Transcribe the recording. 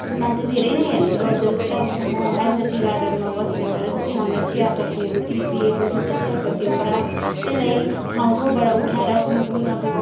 मा चाहिँ धेरै नै हेल्प गर्छ जस्तै अब म एज अ टी गार्डनमा बस्ने भएर चाहिँ हामीले चियापत्तीहरू टिपिएको जुन चाहिँ चियापत्ती हुन्छ त्यसलाई ठाउँ ठाउँबाट उठाएर कुन कुन अब